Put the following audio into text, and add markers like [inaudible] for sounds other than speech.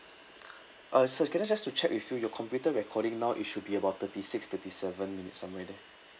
[noise] uh sir can I just to check with you your computer recording now it should be about thirty six thirty seven minutes somewhere there